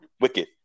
wicked